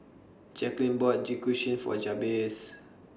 Jacquelyn bought For Jabez